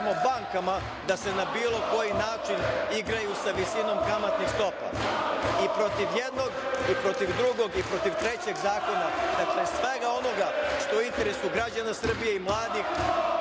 da se na bilo koji način igraju sa visinom kamatnih stopa. I protiv jednog, i protiv drugog i protiv trećeg zakona, dakle svega onoga što je u interesu građana Srbije i mladih